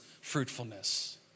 fruitfulness